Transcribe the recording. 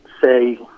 say